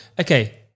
Okay